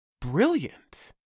brilliant